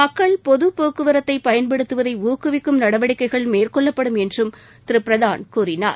மக்கள் பொது போக்குவரத்தை பயன்படுத்துவதை ஊக்குவிக்கும் நடவடிக்கைகள் மேற்கொள்ளப்படும் திரு பிரதான் கூறினார்